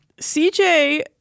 CJ